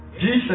Jesus